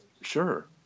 sure